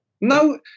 no